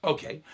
Okay